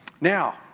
Now